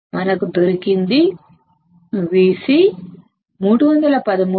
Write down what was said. మనకు దొరికిందిVc 313